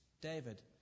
David